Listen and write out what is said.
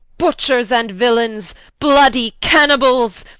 butchers and villaines, bloudy caniballes,